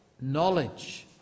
knowledge